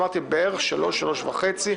בערך 15:30-15:00,